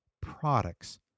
products